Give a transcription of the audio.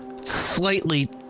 slightly